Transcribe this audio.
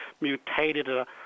mutated